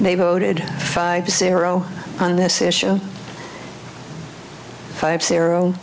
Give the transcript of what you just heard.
they voted five zero on this issue five zero